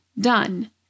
Done